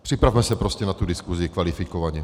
Připravme se prostě na tu diskusi kvalifikovaně.